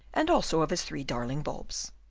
and also of his three darling bulbs.